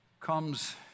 comes